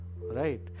right